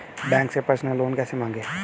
Bank से personal loan कैसे मांगें?